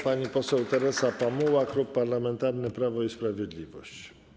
Pani poseł Teresa Pamuła, Klub Parlamentarny Prawo i Sprawiedliwość.